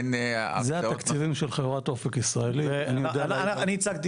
אין --- אלה התקציבים של חברת ""אופק ישראלי"" --- אני הצגתי